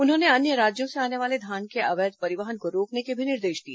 उन्होंने अन्य राज्यों से आने वाले धान के अवैध परिवहन को रोकने के भी निर्देश दिए